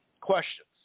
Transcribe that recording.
questions